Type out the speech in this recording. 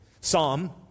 Psalm